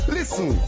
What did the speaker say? Listen